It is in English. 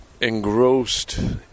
engrossed